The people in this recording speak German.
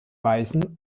weißen